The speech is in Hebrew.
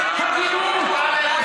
כמה פעמים חיילי מילואים קיבלו שם